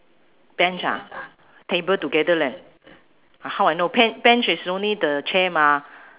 bench ah table together leh how I know be~ bench is only the chair mah